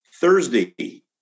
Thursday